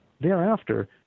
thereafter